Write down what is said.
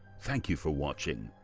thank you for watching.